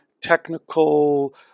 technical